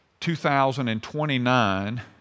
2029